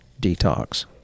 detox